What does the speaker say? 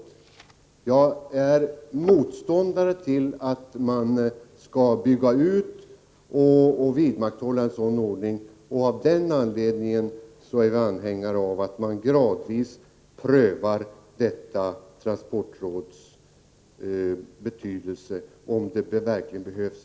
Jag är motståndare till att man bygger ut och vidmakthåller en sådan ordning. Av den anledningen är vi anhängare av att man gradvis prövar om transportrådet verkligen behövs.